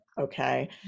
okay